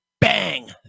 bang